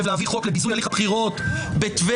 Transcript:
להביא חוק לביזוי הליך בחירות בטבריה,